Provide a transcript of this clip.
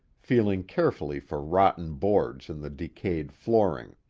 feeling carefully for rotten boards in the decayed flooring.